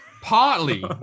Partly